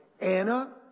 Anna